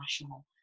national